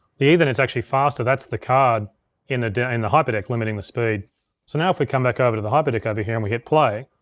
the ethernet's actually faster. that's the card in ah the and the hyperdeck limiting the speed. so now if we come back over to the hyperdeck ah over here and we hit play,